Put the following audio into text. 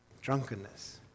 drunkenness